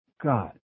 God